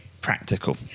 practical